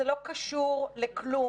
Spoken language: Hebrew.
זה לא קשור לכלום,